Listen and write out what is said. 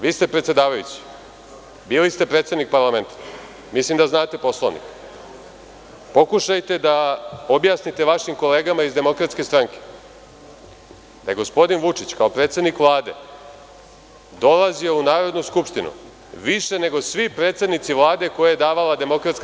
Vi ste predsedavajući, bili ste predsednik parlamenta, mislim da znate Poslovnik, pokušajte da objasnite vašim kolegama iz DS da je gospodin Vučić kao predsednik Vlade, dolazio u Narodnu skupštinu više nego svi predsednici Vlade koje je davala DS.